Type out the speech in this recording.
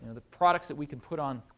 the products that we can put on